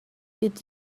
did